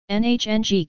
nhng